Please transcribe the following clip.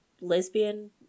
lesbian